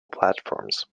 platforms